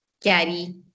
carry